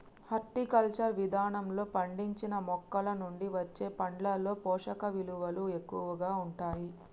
horticulture విధానంలో పండించిన మొక్కలనుండి వచ్చే పండ్లలో పోషకవిలువలు ఎక్కువగా ఉంటాయి